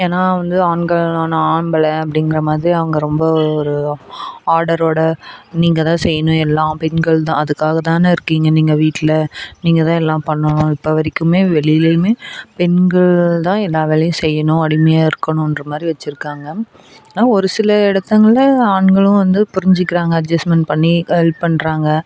ஏன்னா வந்து ஆண்கள் நான் ஆம்பளை அப்படீங்கிற மாதிரி அவங்க ரொம்ப ஒரு ஆர்டரோடு நீங்கள் தான் செய்யணும் எல்லாம் பெண்கள் தான் அதுக்காகத்தானே இருக்கீங்க நீங்கள் வீட்டில் நீங்கள் தான் எல்லாம் பண்ணணும் இப்போ வரைக்குமே வெளிலேயுமே பெண்கள் தான் எல்லா வேலையும் செய்யணும் அடிமையாக இருக்கணும்ன்ற மாதிரி வெச்சிருக்காங்க ஆனால் ஒரு சில இடத்தங்கள்ல ஆண்களும் வந்து புரிஞ்சுக்கிறாங்க அட்ஜஸ்ட்மென்ட் பண்ணி ஹெல்ப் பண்ணுறாங்க